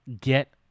get